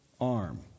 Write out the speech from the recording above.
arm